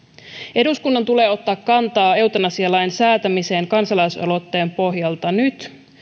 eduskunnan tulee ottaa kantaa eutanasialain säätämiseen kansalaisaloitteen pohjalta nyt